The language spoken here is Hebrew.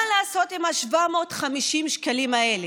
מה לעשות עם ה-750 שקלים האלה?